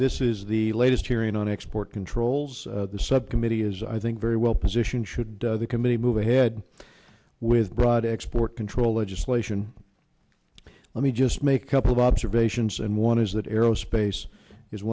this is the latest hearing on export controls the subcommittee is i think very well positioned should the committee move ahead with broad export control legislation let me just make a couple of observations and one is that aerospace is